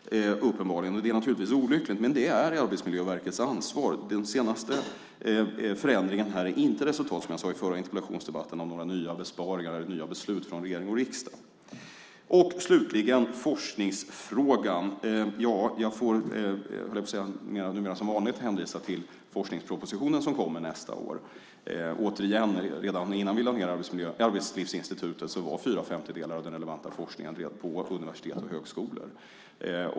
Det är olyckligt, men det är Arbetsmiljöverkets ansvar. Den senaste förändringen är inte ett resultat, som jag sade i den förra interpellationsdebatten, av några nya besparningar eller några nya beslut från regering och riksdag. Sedan har vi forskningsfrågan. Jag får som vanligt numera hänvisa till forskningspropositionen som kommer nästa år. Redan innan vi lade ned Arbetslivsinstitutet bedrevs fyra femtedelar av den relevanta forskningen på universitet och högskolor.